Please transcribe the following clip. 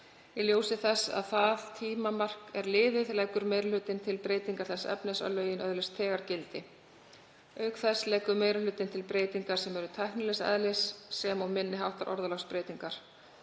Í ljósi þess að það tímamark er liðið leggur meiri hlutinn til breytingar þess efnis að lögin öðlist þegar gildi. Auk þess leggur meiri hlutinn til breytingar sem eru tæknilegs eðlis sem og minni háttar orðalagsbreytingar.